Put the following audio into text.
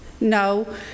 No